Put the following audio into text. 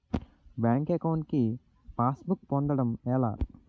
Bank account కి passbook పొందడం ఎలా?